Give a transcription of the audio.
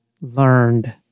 learned